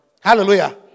Hallelujah